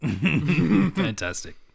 fantastic